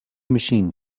machine